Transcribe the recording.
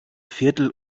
viertel